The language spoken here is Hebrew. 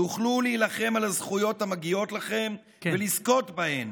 תוכלו להילחם על הזכויות המגיעות לכם ולזכות בהן.